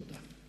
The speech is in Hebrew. תודה.